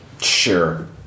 Sure